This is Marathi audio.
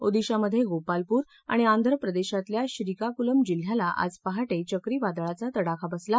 ओदिशामध्ये गोपालपुर आणि आंध्रप्रदेशातल्या श्रीकाकुलम जिल्ह्याला आज पहाटे चक्रीवादळाचा तडखा बसला